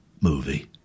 movie